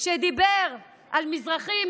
כשדיבר על מזרחים,